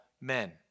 men